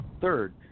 third